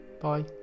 bye